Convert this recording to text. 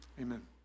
Amen